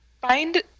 find